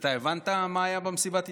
אתה הבנת מה היה במסיבת העיתונאים?